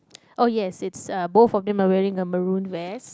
oh yes it's uh both of them are wearing a maroon vest